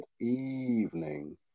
evening